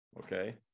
Okay